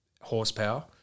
horsepower